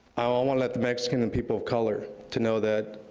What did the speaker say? i wanna wanna let the mexican and people of color to know that